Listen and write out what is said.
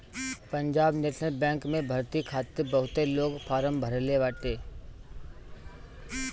Punjab National Bank में भर्ती खातिर बहुते लोग फारम भरले बाटे